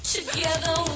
Together